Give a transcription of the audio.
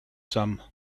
some